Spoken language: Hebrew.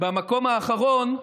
במקום האחרון,